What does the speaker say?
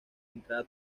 entrada